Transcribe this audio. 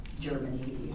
Germany